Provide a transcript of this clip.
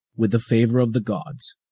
with the favor of the gods,